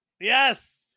Yes